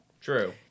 true